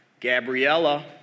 Gabriella